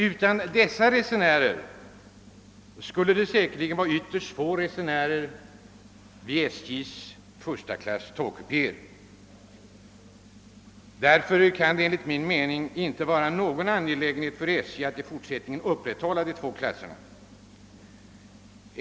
Om inte dessa resenärer funnes, skulle säkerligen ytterst få använda SJ:s första klass tågkupéer. Det kan därför enligt min mening inte vara angeläget för SJ att i fortsättningen upprätthålla uppdelningen i två klasser.